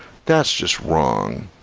that's just wrong.